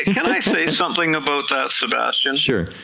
can i say something about that sebastian? sure.